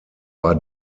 war